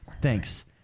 Thanks